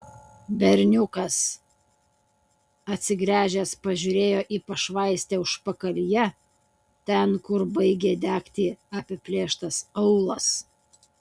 berniukas atsigręžęs pažiūrėjo į pašvaistę užpakalyje ten kur baigė degti apiplėštas aūlas